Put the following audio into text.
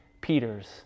Peter's